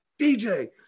DJ